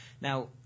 Now